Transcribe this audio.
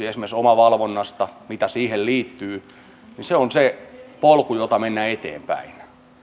esimerkiksi omavalvonnan ohjeistusten noudattaminen mitä siihen liittyy on se polku jota mennään eteenpäin